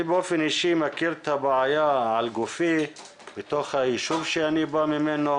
אני באופן אישי מכיר את הבעיה על בשרי מתוך היישוב שאני בא ממנו,